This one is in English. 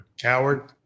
Coward